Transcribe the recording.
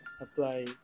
apply